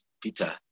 Peter